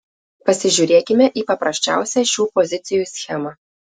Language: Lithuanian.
pasižiūrėkime į paprasčiausią šių pozicijų schemą